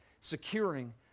securing